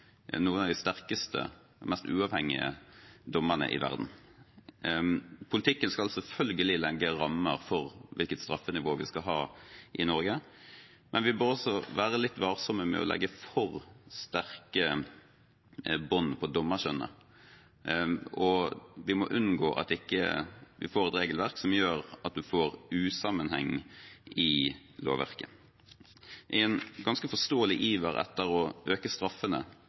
noen av de sterkeste og mest uavhengige dommerne i verden. Politikken skal selvfølgelig legge rammer for hvilket straffenivå vi skal ha i Norge, men vi bør også være litt varsomme med å legge for sterke bånd på dommerskjønnet. Vi må unngå at vi får et regelverk som gjør at vi ikke får sammenheng i lovverket. I en ganske forståelig iver etter å øke straffene,